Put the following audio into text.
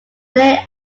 today